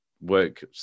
work